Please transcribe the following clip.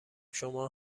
شما